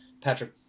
Patrick